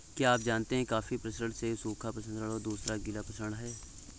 क्या आप जानते है कॉफ़ी प्रसंस्करण में सूखा प्रसंस्करण और दूसरा गीला प्रसंस्करण है?